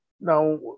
now